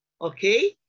okay